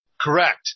Correct